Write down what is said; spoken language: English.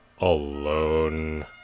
alone